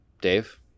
Dave